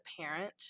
parent